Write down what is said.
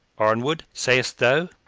arnwood, sayest thou?